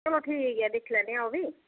चलो ठीक ऐ फ्ही दिक्खी लैन्नी आं ओह् बी